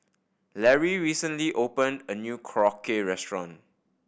Larry recently open a new Korokke Restaurant